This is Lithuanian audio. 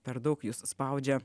per daug jus spaudžia